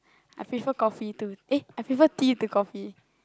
I prefer coffee too eh I prefer tea to coffee